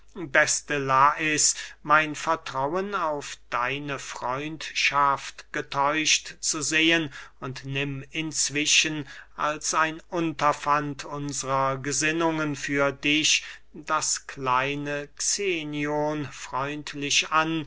beste lais mein vertrauen auf deine freundschaft getäuscht zu sehen und nimm inzwischen als ein unterpfand unsrer gesinnungen für dich das kleine xenion freundlich an